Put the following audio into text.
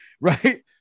right